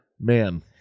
Man